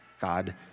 God